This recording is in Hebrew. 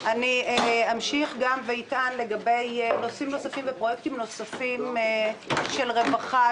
אמשיך ואטען לגבי נושאים נוספים ופרויקטים נוספים של רווחה,